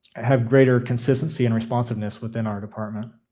have greater consistency and responsiveness within our department.